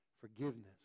forgiveness